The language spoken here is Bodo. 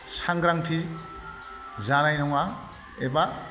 सांग्रांथि जानाय नङा एबा